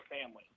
family